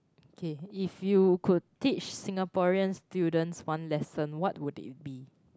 okay if you could teach Singaporean students one lesson what would it be